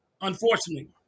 unfortunately